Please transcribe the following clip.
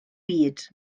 byd